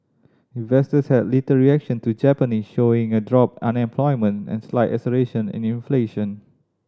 investors had little reaction to Japanese showing a drop unemployment and slight acceleration in inflation